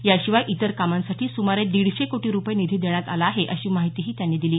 याशिवाय इतर कामांसाठी सुमारे दीडशे कोटी रुपये निधी देण्यात आला आहे अशी माहितीही त्यांनी दिली